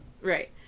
right